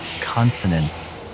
consonants